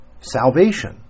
salvation